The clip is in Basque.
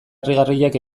harrigarriak